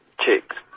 chicks